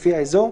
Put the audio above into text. לפי האזור,